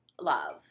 love